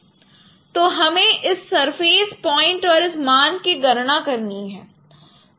तो हमें इस सरफेस पॉइंट और इन मान की गणना करनी है